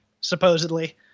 supposedly